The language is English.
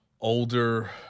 older